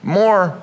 more